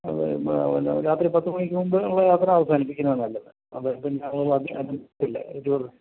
അത് പിന്നെ രാത്രി പത്തു മണിക്ക് മുമ്പ് നിങ്ങൾ യാത്ര അവസാനിപ്പിക്കുന്നതാണ് നല്ലത്